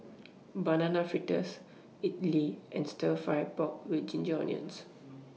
Banana Fritters Idly and Stir Fry Pork with Ginger Onions